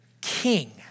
King